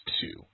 two